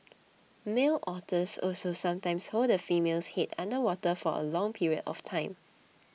male otters also sometimes hold the female's head under water for a long period of time